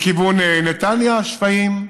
מכיוון נתניה שפיים,